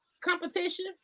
competition